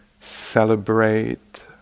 celebrate